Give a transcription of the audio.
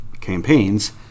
campaigns